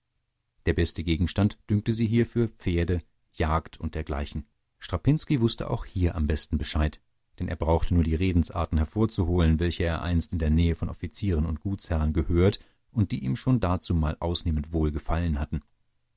der beste gegenstand dünkte sie hierfür pferde jagd und dergleichen strapinski wußte hier auch am besten bescheid denn er brauchte nur die redensarten hervorzuholen welche er einst in der nähe von offizieren und gutsherren gehört und die ihm schon dazumal ausnehmend wohl gefallen hatten